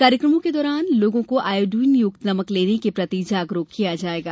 कार्यकमों के दौरान लोगों को आयोडीनयुक्त नमक लेने के प्रति जागरुक किया जायेगा